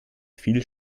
viel